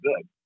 good